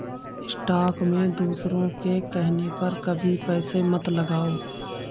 stock में दूसरों के कहने पर कभी पैसे मत लगाओ